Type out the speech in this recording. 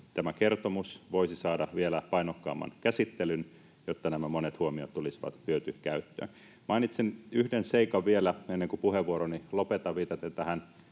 tämä kertomus voisi saada vielä painokkaamman käsittelyn, jotta nämä monet huomiot tulisivat hyötykäyttöön. Mainitsen yhden seikan vielä, ennen kuin puheenvuoroni lopetan,